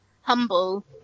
humble